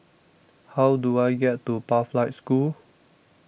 How Do I get to Pathlight School